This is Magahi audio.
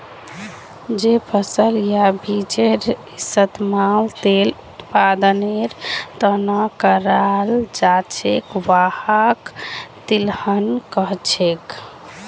जे फसल या बीजेर इस्तमाल तेल उत्पादनेर त न कराल जा छेक वहाक तिलहन कह छेक